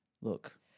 look